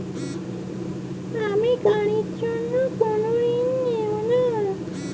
আমি গাড়ির জন্য পাঁচ লক্ষ টাকা ঋণ নেবো তার জন্য কতো বছরের কিস্তি হবে?